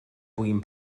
puguin